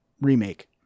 remake